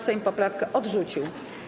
Sejm poprawkę odrzucił.